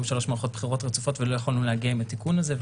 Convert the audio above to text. שלוש מערכות בחירות רצופות ולא יכולנו להגיע עם התיקון הזה,